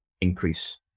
increase